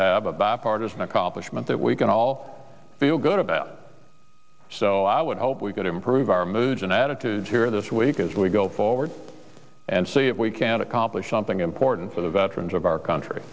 have a bath artisan accomplishment that we can all feel good about so i would hope we could improve our moods and attitudes here this week as we go forward and see if we can accomplish something important for the veterans of our country